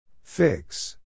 Fix